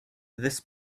this